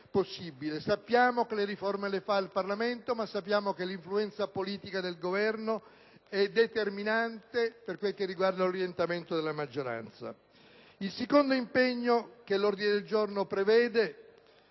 possibile. Sappiamo che le riforme le approva il Parlamento, ma sappiamo anche che l'influenza politica del Governo è determinante per quel che riguarda l'orientamento della maggioranza. La seconda questione su cui l'ordine del giorno impegna